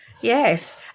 Yes